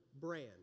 brand